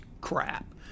crap